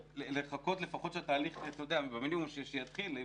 נראה לי הגיוני לחכות, במינימום, שהתהליך יתחיל.